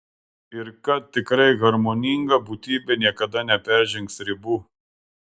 ir kad tikrai harmoninga būtybė niekada neperžengs ribų